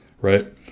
right